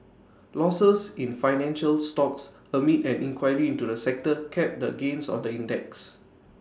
losses in financial stocks amid an inquiry into the sector capped the gains on the index